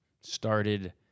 started